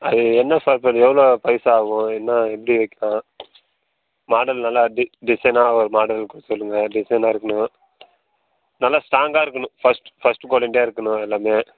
அது என்ன எவ்வளோ பைசா ஆகும் என்ன எப்படி வைக்கிலாம் மாடல் நல்லா டிஸைனாக மாடல் சொல்லுங்க டிஸைனாக இருக்கணும் நல்லா ஸ்ட்ராங்காக இருக்கணும் ஃபஸ்ட் ஃபஸ்ட் குவாலிட்டியாக இருக்கணும் எல்லாமே